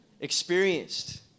experienced